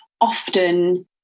often